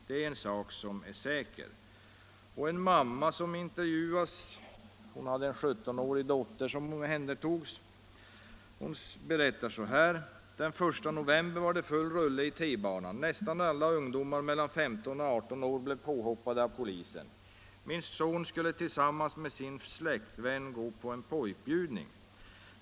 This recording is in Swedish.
Det är en sak som är säker.” En mamma med en 17-årig dotter som omhändertagits berättar så här: ”Den 1 november var det full rulle i T-banan. Nästan alla ungdomar mellan 15 och 18 år blev påhoppade av polisen. Min son skulle tillsammans med sin flickvän gå på släktbjudning.